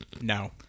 No